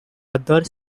other